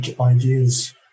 ideas